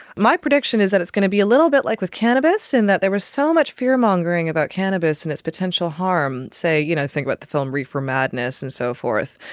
my prediction is that it's going to be a little bit like with cannabis, in that there was so much fear mongering about cannabis and its potential harm, you know think about the film reefer madness and so forth.